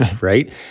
right